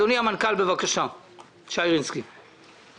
אדוני מנכ"ל משרד הכלכלה, שי רינסקי, בבקשה.